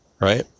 right